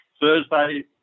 Thursday